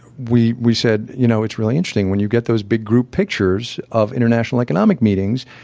we we said, you know, it's really interesting when you get those big group pictures of international economic meetings.